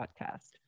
podcast